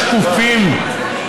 אנחנו מצביעים על הצעת חוק הסדרת הלוואות